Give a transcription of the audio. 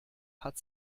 hat